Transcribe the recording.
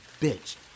bitch